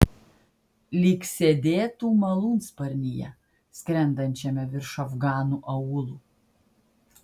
lyg sėdėtų malūnsparnyje skrendančiame virš afganų aūlų